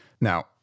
Now